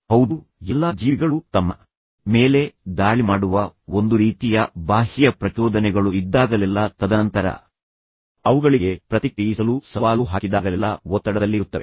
ಹೌದು ಎಲ್ಲಾ ಜೀವಿಗಳು ತಮ್ಮ ಮೇಲೆ ದಾಳಿ ಮಾಡುವ ಒಂದು ರೀತಿಯ ಬಾಹ್ಯ ಪ್ರಚೋದನೆಗಳು ಇದ್ದಾಗಲೆಲ್ಲಾ ತದನಂತರ ಅವುಗಳಿಗೆ ಪ್ರತಿಕ್ರಿಯಿಸಲು ಸವಾಲು ಹಾಕಿದಾಗಲೆಲ್ಲ ಒತ್ತಡದಲ್ಲಿರುತ್ತವೆ